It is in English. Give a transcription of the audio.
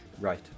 Right